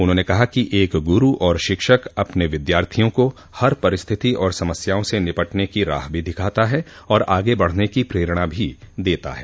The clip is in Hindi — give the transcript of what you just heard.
उन्होंने कहा कि एक गुरू और शिक्षक अपने विद्यार्थियों का हर परिस्थिति और समस्याओं से निपटने की राह भी दिखाता है और आगे बढ़ने की प्रेरणा भी देता है